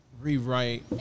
rewrite